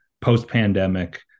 post-pandemic